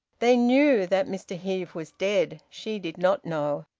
they knew that mr heve was dead. she did not know.